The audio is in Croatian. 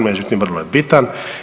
Međutim vrlo je bitan.